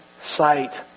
sight